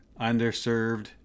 underserved